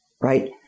right